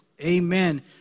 amen